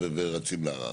אם יתברר,